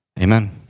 Amen